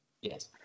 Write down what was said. Yes